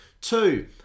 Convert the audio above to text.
Two